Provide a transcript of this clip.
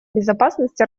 безопасности